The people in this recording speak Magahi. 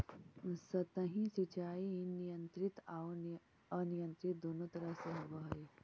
सतही सिंचाई नियंत्रित आउ अनियंत्रित दुनों तरह से होवऽ हइ